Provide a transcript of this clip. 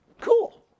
cool